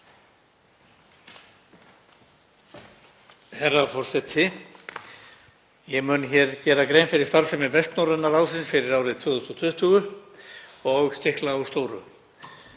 Herra forseti. Ég mun hér gera grein fyrir starfsemi Vestnorræna ráðsins fyrir árið 2020 og stikla á stóru.